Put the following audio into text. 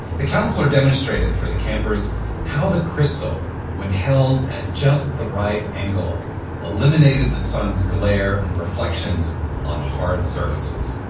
the counselor demonstrated for the campers how the crystal when held at just the right angle eliminated the sun's glare and reflections on hard surfaces.